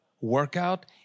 workout